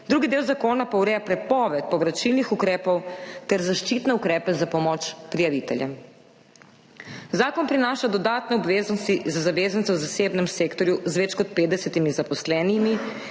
drugi del zakona pa ureja prepoved povračilnih ukrepov ter zaščitne ukrepe za pomoč prijaviteljem. Zakon prinaša dodatne obveznosti za zavezance v zasebnem sektorju z več kot 50 zaposlenimi,